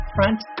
Front